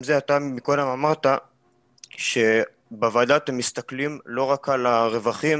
אתה מקודם אמרת שבוועדה אתם מסתכלים לא רק על הרווחים